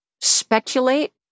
speculate